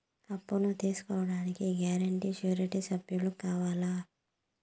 అప్పును తీసుకోడానికి guarantee, surety సభ్యులు కావాలా?